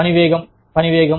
పని వేగం పని వేగం